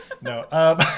No